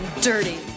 dirty